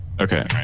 Okay